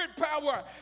power